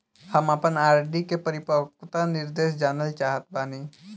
हम आपन आर.डी के परिपक्वता निर्देश जानल चाहत बानी